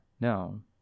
No